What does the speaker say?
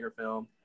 film